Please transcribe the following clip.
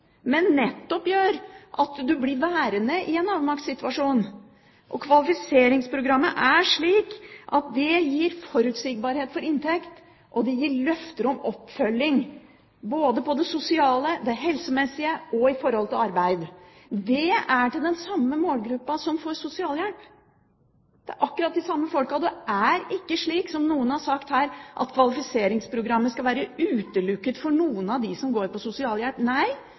gjør at man blir værende i en avmaktsituasjon. Kvalifiseringsprogrammet er slik at det gir forutsigbarhet for inntekt, og det gir løfter om oppfølging, både når det gjelder det sosiale og det helsemessige, og når det gjelder arbeid. Det gjelder den samme målgruppa som får sosialhjelp. Det er akkurat de samme folkene, og det er ikke slik som noen har sagt her, at kvalifiseringsprogrammet skal utelukke noen av dem som går på sosialhjelp.